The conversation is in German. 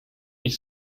ich